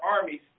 armies